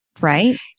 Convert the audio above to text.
Right